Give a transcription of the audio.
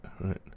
Right